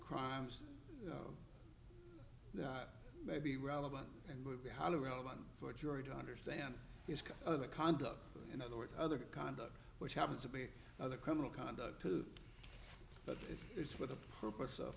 crimes that may be relevant and would be highly relevant for a jury to understand is the condo in other words other conduct which happens to be other criminal conduct but if it's for the purpose of